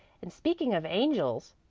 and speaking of angels,